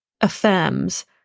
affirms